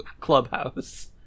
clubhouse